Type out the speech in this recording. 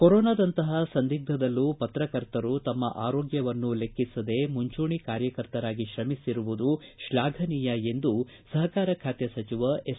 ಕೊರೋನಾದಂತಹ ಸಂದಿಗ್ಧದಲ್ಲೂ ಪತ್ರಕರ್ತರು ತಮ್ಮ ಆರೋಗ್ಧವನ್ನು ಲೆಕ್ಕಿಸದೇ ಕೋವಿಡ್ ತಡೆಗಟ್ಟಲು ಮುಂಚೂಣಿ ಕಾರ್ಯಕರ್ತರಾಗಿ ಶ್ರಮಿಸಿರುವುದು ಶ್ಲಾಘನೀಯ ಎಂದು ಸಹಕಾರ ಖಾತೆ ಸಚಿವ ಎಸ್